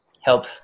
help